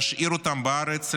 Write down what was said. להשאיר אותם בארץ,